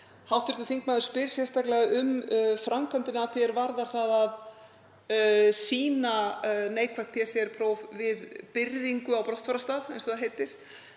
Hv. þingmaður spyr sérstaklega um framkvæmdina að því er varðar það að sýna neikvætt PCR-próf við byrðingu á brottfararstað, eins og það heitir.